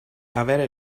avere